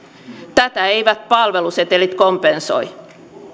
tätä eivät palvelusetelit kompensoi